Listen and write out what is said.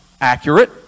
accurate